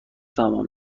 تمام